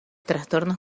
trastornos